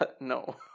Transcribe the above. No